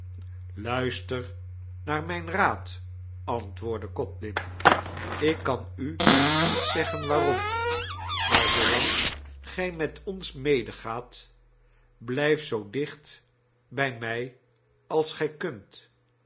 luister naar mijn raad hervatte oodlin ik kan u niet zeggen waarom maar zoolang gij met ons medegaat blijf zoo dicht bij mij als gij kunt